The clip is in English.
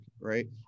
right